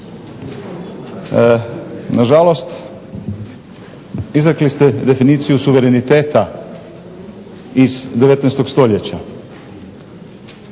Nažalost, izrekli ste definiciju suvereniteta iz 19. Stoljeća,